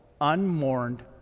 unmourned